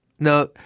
No